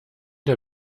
der